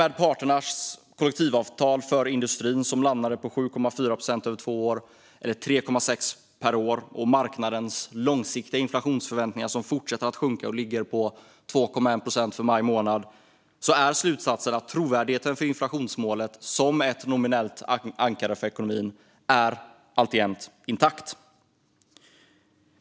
Med parternas kollektivavtal för industrin som landade på 7,4 procent över två år, eller 3,6 procent per år, och marknadens långsiktiga inflationsförväntningar som fortsätter att sjunka och ligger på 2,1 procent för maj månad är dock slutsatsen att trovärdigheten för inflationsmålet som ett nominellt ankare för ekonomin alltjämt är intakt.